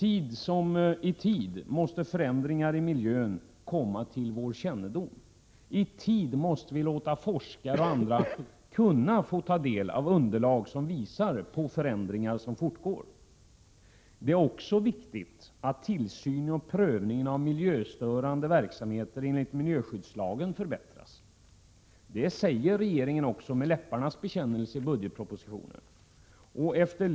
I tid måste förändringar i miljön komma till vår kännedom. I tid måste vi låta forskare och andra kunna få ta del av underlag som visar förändringar som fortgår. Det är också viktigt att tillsynen och prövningen av miljöstörande verksamheter enligt miljöskyddslagen förbättras. Det säger också regeringen i budgetpropositionen — en läpparnas bekännelse.